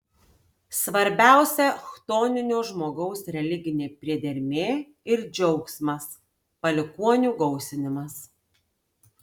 svarbiausia chtoninio žmogaus religinė priedermė ir džiaugsmas palikuonių gausinimas